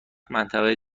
منطقه